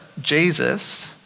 Jesus